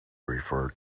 refer